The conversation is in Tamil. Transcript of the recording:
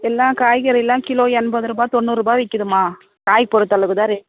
எல்லாம் காய்கறிலாம் கிலோ எண்பதுருபா தொண்ணூறுபாய் விற்கிதும்மா காய் பொறுத்தளவுக்குத்தான் ரேட்டு